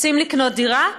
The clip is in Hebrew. רוצים לקנות דירה?